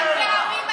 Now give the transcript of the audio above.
כמה פעמים אתה,